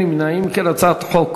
ההצעה להעביר את הצעת חוק